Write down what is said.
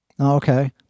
Okay